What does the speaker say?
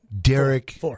Derek